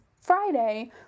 Friday